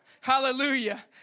Hallelujah